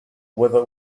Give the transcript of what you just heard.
whether